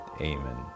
Amen